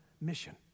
mission